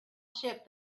ship